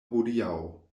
hodiaŭ